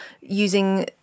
using